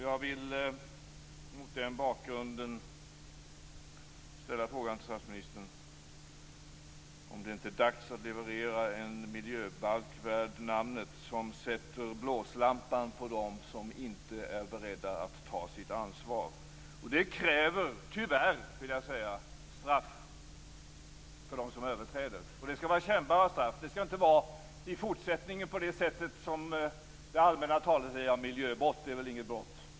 Jag vill mot den bakgrunden ställa frågan till statsministern om det inte är dags att leverera en miljöbalk värd namnet som sätter blåslampan på dem som inte är beredda att ta sitt ansvar. Det krävs, tyvärr, straff för dem som överträder den, och det skall vara kännbara straff. Det skall inte i fortsättningen vara så, enligt det allmänna talesättet, att miljöbrott inte är något brott.